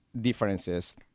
differences